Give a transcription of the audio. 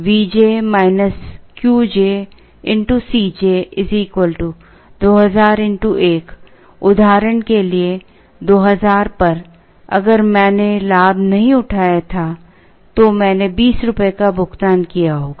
Vj qj Cj 2000 x 1 उदाहरण के लिए 2000 पर अगर मैंने का लाभ नहीं उठाया था तो मैंने 20 रुपये का भुगतान किया होगा